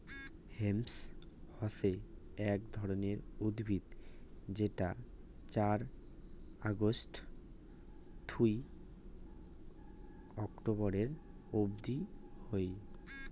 hemp হসে এক ধরণের উদ্ভিদ যেটার চাষ অগাস্ট থুই অক্টোবরের অব্দি হই